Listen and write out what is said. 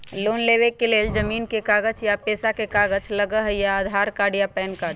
Loan लेवेके लेल जमीन के कागज या पेशा के कागज लगहई या आधार कार्ड या पेन कार्ड?